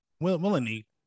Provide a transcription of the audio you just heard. willingly